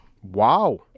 Wow